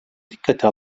dikkate